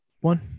one